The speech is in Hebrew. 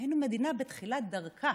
היינו מדינה בתחילת דרכה,